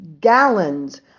gallons